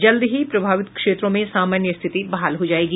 जल्द ही प्रभावित क्षेत्रों में सामान्य स्थिति बहाल हो जायेगी